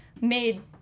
made